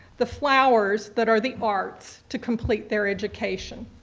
the flowers that are the arts, to complete their education.